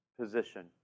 position